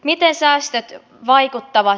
miten säästöt vaikuttavat